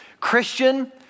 Christian